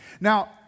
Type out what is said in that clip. Now